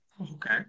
Okay